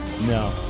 No